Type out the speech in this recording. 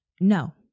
No